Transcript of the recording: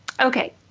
Okay